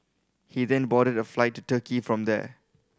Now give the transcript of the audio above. he then boarded flight to Turkey from there